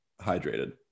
hydrated